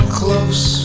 close